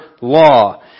law